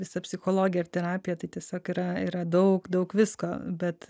visa psichologija ir terapija tai tiesiog yra yra daug daug visko bet